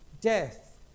Death